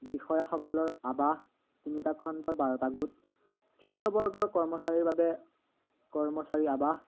বিষয়াসকলৰ আৱাস তিনিটা খণ্ডৰ বাৰটা গোট তৃতীয় বৰ্গৰ কৰ্মচাৰীৰ বাবে কৰ্মচাৰী আৱাস